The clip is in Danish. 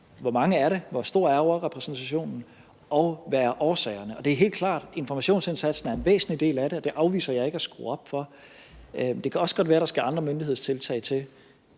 hvor mange det er, hvor stor overrepræsentationen er, og hvad årsagerne er. Det er helt klart, at informationsindsatsen er en væsentlig del af det, og det afviser jeg ikke at skrue op for. Det kan også godt være, at der skal andre myndighedstiltag til.